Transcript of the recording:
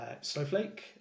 Snowflake